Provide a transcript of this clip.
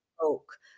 oak